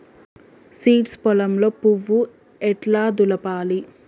Seeds పొలంలో పువ్వు ఎట్లా దులపాలి?